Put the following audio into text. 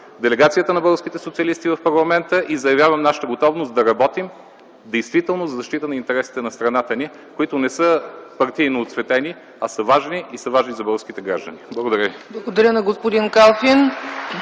делегацията на българските социалисти в парламента и заявявам нашата готовност да работим действително за защита на интересите на страната ни, които не са партийно оцветени, а са важни и са важни за българските граждани. Благодаря ви.